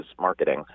marketing